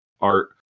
art